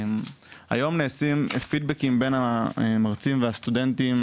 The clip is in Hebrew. היום נעשים פידבקים בין המרצים והסטודנטים